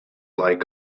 like